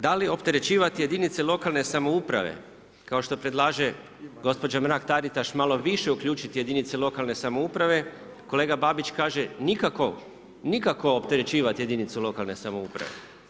Da li opterećivati jedinice lokalne samouprave, kao što predlaže gospođa Mrak Taritaš, malo više uključiti jedinice lokalne samouprave, kolega Babić kaže, nikakvo opterećivati jedinice lokalne samouprave.